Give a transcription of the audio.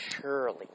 surely